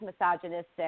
misogynistic